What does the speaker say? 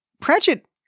Pratchett